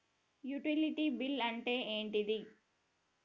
Utility bill అంటే ఏంటిది?